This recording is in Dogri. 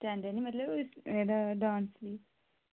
स्टैंडर्ड नी मतलब डांस दी